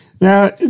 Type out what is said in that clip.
Now